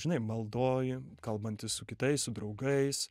žinai maldoj kalbantis su kitais su draugais